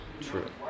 True